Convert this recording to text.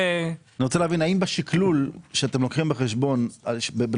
מבקשים שייתן לחקלאים אתם לוקחים בחשבון,